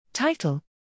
Title